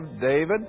David